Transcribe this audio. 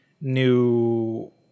new